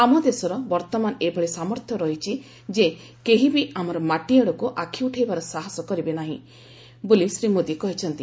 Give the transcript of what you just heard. ଆମ ଦେଶର ବର୍ତ୍ତମାନ ଏଭଳି ସାମର୍ଥ୍ୟ ରହିଛି ଯେ କେହିବି ଆମର ମାଟି ଆଡକୁ ଆଖି ଉଠାଇବାର ସାହସ କରିବ ନାହିଁ ବୋଲି ଶ୍ରୀ ମୋଦି କହିଛନ୍ତି